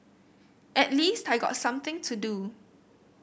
at least I got something to do